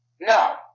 No